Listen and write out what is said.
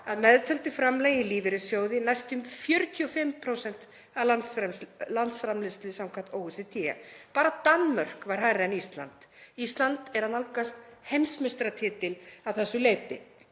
að meðtöldu framlagi í lífeyrissjóði, næstum 45% af landsframleiðslu samkvæmt OECD. Bara Danmörk var hærri en Ísland. Ísland er að nálgast heimsmeistaratitil að þessu leyti.